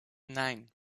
nein